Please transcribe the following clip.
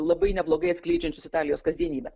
labai neblogai atskleidžiančius italijos kasdienybę